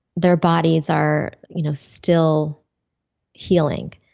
their bodies are you know still healing?